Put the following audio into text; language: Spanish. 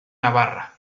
navarra